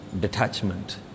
detachment